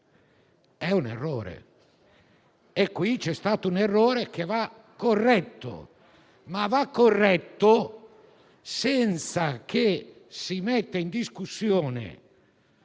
è un errore. Qui c'è stato un errore che va corretto, ma va corretto senza che si metta in discussione